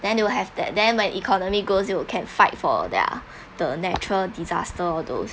then they will have that then when economy grows it will can fight for their the natural disaster all those